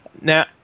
Now